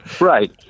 Right